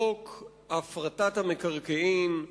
חוק הפרטת המקרקעין,